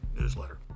newsletter